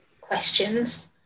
questions